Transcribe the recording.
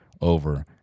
over